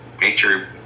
nature